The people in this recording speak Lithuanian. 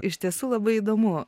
iš tiesų labai įdomu